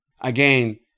Again